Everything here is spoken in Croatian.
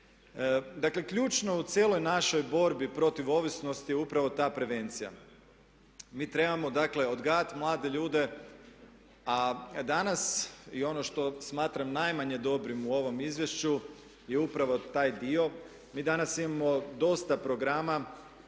Dakle, ključno u cijeloj našoj borbi protiv ovisnosti je upravo ta prevencija. Mi trebamo dakle odgajati mlade ljude, a danas i ono što smatram najmanje dobrim u ovom izvješću je upravo taj dio, mi danas imamo dosta programa.